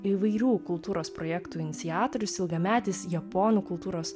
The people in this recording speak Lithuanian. įvairių kultūros projektų iniciatorius ilgametis japonų kultūros